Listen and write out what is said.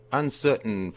uncertain